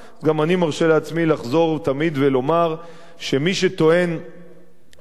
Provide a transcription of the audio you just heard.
אז גם אני מרשה לעצמי לחזור תמיד ולומר שמי שטוען טענות,